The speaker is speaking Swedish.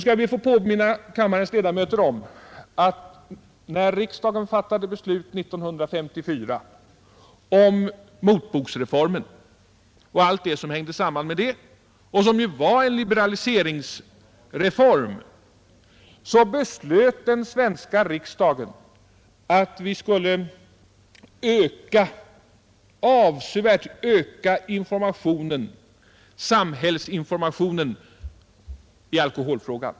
Jag vill påminna kammarens ledamöter om att när riksdagen 1954 fattade beslut om motboksreformen, som ju var en liberaliseringsreform, beslöt riksdagen att vi avsevärt skulle öka samhällsinformationen i alkoholfrågan.